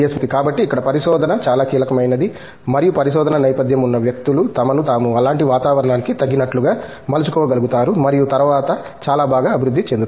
మూర్తి కాబట్టి ఇక్కడ పరిశోధన చాలా కీలకమైనది మరియు పరిశోధనా నేపథ్యం ఉన్న వ్యక్తులు తమను తాము అలాంటి వాతావరణానికి తగినట్లుగా మలచుకోగలుగుతారు మరియు తరువాత చాలా బాగా అభివృద్ధి చెందుతారు